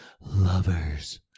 lovers